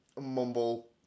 mumble